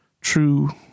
true